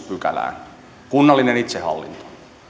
pykälään kunnalliseen itsehallintoon